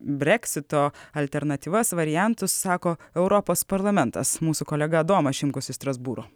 breksito alternatyvas variantus sako europos parlamentas mūsų kolega domas šimkus iš strasbūro